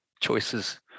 choices